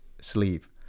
sleeve